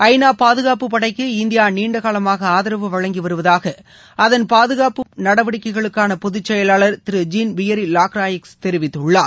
ஐ நா பாதுகாப்பு படைக்கு இந்தியா நீண்ட காலமாக ஆதரவு வழங்கி வருவதாக அதன் பாதுகாப்பு நடவடிக்கைகளுக்கான பொதுச்செயலாளர் திரு ஜீன் பியரி லாக்ராய்க்ஸ் தெரிவித்துள்ளார்